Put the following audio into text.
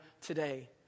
today